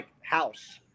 house